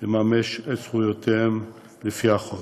לממש את זכויותיהם לפי החוק.